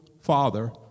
Father